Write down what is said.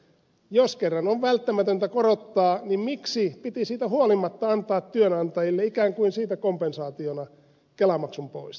jos kerran on välttämätöntä korottaa niin miksi piti siitä huolimatta antaa työnantajille ikään kuin siitä kompensaationa kelamaksun poisto